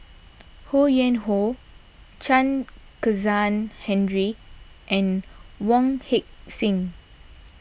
Ho Yuen Hoe Chen Kezhan Henri and Wong Heck Sing